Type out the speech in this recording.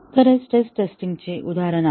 तर हे stress testing चे उदाहरण आहे